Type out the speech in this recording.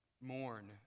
mourn